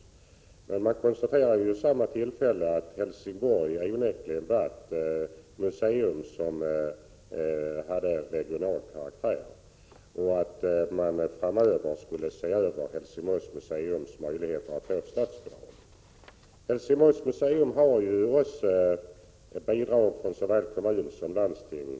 Vid samma tillfälle konstaterade man emellertid att Helsingborgs museum onekligen har regional karaktär och att möjligheterna för Helsingborgs museum att få statsbidrag skulle undersökas längre fram. Helsingborgs museum har också bidrag från såväl kommun som landsting.